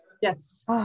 yes